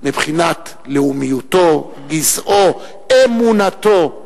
מבחינת לאומיותו, גזעו, אמונתו.